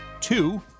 two